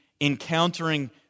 encountering